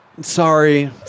sorry